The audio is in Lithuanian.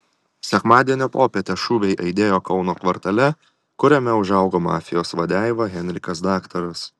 sekmadienio popietę šūviai aidėjo kauno kvartale kuriame užaugo mafijos vadeiva henrikas daktaras